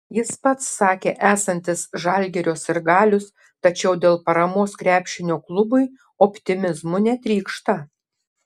jis pats sakė esantis žalgirio sirgalius tačiau dėl paramos krepšinio klubui optimizmu netrykšta